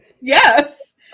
Yes